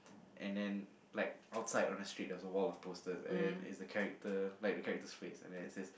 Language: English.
and then like outside on the streets there's a wall of posters and then is the characters like the character's face and then it says